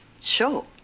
Show